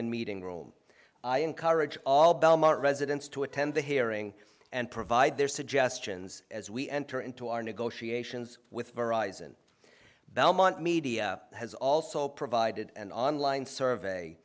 n meeting room i encourage all belmont residents to attend the hearing and provide their suggestions as we enter into our negotiations with arise in belmont media has also provided an online survey